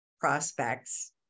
prospects